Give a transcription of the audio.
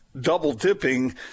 double-dipping